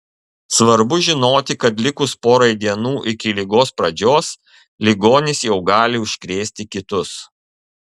svarbu žinoti kad likus porai dienų iki ligos pradžios ligonis jau gali užkrėsti kitus